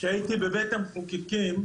כשהייתי בבית המחוקקים,